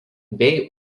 bei